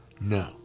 No